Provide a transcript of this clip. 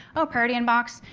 oh, priority inbox,